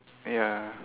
ya